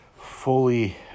fully